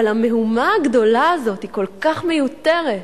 אבל המהומה הגדולה הזאת היא כל כך מיותרת,